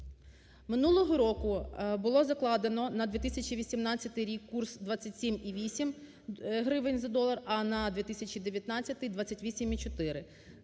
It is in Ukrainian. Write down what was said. Минулого року було закладено на 2018 рік курс 27,8 гривень за долар, а на 2019-й 28,4.